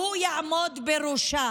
והוא יעמוד בראשה